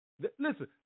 Listen